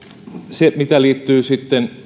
se mitä sitten